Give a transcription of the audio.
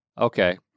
Okay